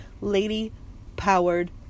lady-powered